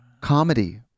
Comedy